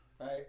right